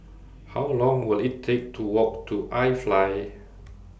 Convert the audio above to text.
How Long Will IT Take to Walk to IFly